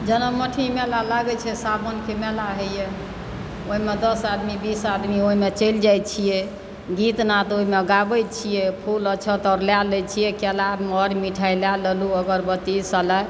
जेना अथि मेला लागै छै सावनके मेला होइए ओहिमे दस आदमी बीस आदमी ओहिमे चलि जाइत छियै गीतनाद ओहिमे गाबैत छियै फूल अक्षत आओर लए लैत छियै केला मर मिठाइ लए लेलहुँ अगरबत्ती सलाइ